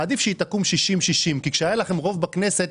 עדיף שהיא תקום 60-60 כי כשהיה לכם רוב בכנסת,